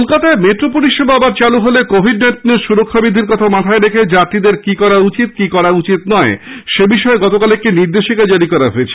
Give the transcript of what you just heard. কলকাতায় মেট্রো পরিষেবা আবার চালু হলে কোভিড নাইন্টিন এর সুরক্ষা বিধির কথা মাথায় রেখে যাত্রীদের কি করা উচিৎ কি নয় সেবিষয়ে গতকাল একটি নির্দেশিকা জারি করা হয়েছে